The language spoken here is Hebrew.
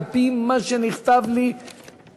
על-פי מה שנכתב לי בסדר-היום,